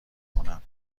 کنم